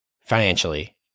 financially